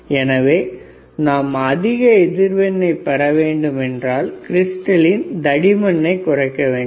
fr12LC எனவே நாம் அதிக அதிர்வெண்ணை பெறவேண்டுமானால் கிரிஸ்டலின் தடிமனை குறைக்க வேண்டும்